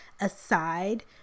aside